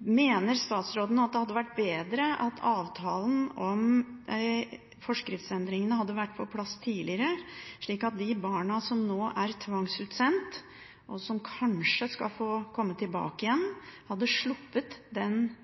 Mener statsråden at det hadde vært bedre at avtalen om forskriftsendringene hadde vært på plass tidligere, slik at de barna som nå er tvangsutsendt, og som kanskje skal få komme tilbake igjen, hadde sluppet den